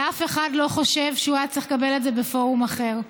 ואף אחד לא חושב שהוא היה צריך לקבל את זה בפורום אחר.